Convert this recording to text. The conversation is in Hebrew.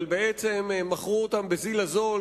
אבל בעצם מכרו אותם בזיל הזול,